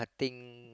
I think